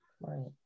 Right